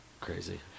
crazy